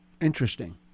Interesting